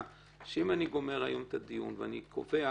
שאם אני גומר היום את הדיון ואני קובע